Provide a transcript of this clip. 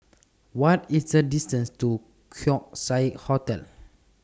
What IS The distance to Keong Saik Hotel